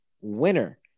Winner